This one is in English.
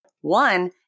One